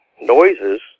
Noises